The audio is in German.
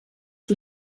die